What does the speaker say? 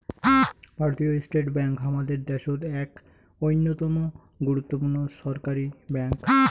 ভারতীয় state bank হামাদের দ্যাশোত এক অইন্যতম গুরুত্বপূর্ণ ছরকারি ব্যাঙ্ক